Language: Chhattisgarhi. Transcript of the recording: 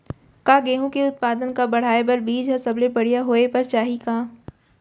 का गेहूँ के उत्पादन का बढ़ाये बर बीज ह सबले बढ़िया होय बर चाही का?